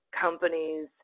companies